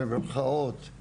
במירכאות,